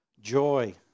Joy